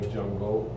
jungle